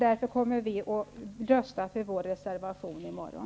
Därför kommer vi att rösta för vår reservation i morgon.